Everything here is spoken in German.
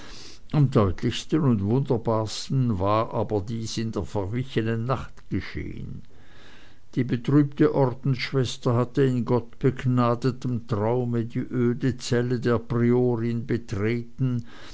am deutlichsten und wunderbarsten aber war dieses in der verwichenen nacht geschehen die betrübte ordensschwester hatte in gottbegnadetem traume die öde zelle der priorin betreten